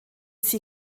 sie